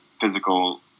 physical